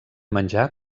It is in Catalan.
menjar